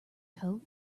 coat